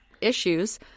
issues